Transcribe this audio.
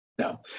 No